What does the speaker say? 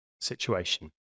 situation